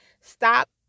Stop